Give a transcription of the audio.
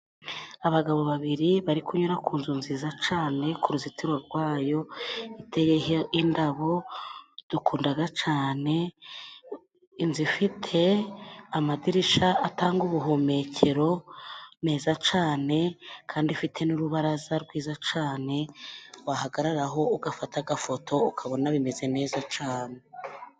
Abagabo babiri bari kunyura ku nzu nziza cane, ku ruzitiro rwayo iteye indabo dukundaga cane. Inzu ifite amadirisha atanga ubuhumekero meza cane, kandi ifite n'urubaraza rwiza cane wahagararaho ugafata agafoto ukabona bimeze neza cane.